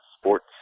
sports